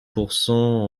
pourcent